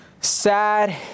Sad